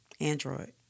Android